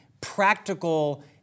practical